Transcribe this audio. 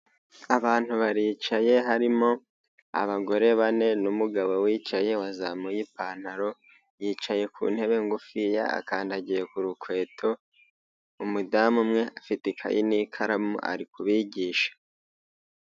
Abantu baricaye harimo abagore bane n'umugabo wicaye wazamuye ipantaro, yicaye ku ntebe ngufiya akandagiye ku rukweto, umudamu umwe afite ikayi n'ikaramu ari kubigisha.